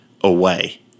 away